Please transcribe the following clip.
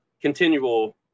continual